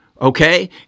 okay